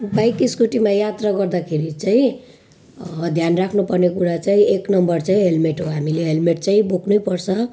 bike स्कुटीमा यात्रा गर्दाखेरि चाहिँ ध्यान राख्नुपर्ने कुरा चाहिँ एक नम्बर चाहिँ हेल्मेट हो हामीले हेल्मेट चाहिँ बोक्नैपर्छ